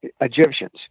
Egyptians